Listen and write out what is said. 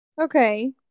okay